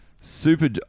super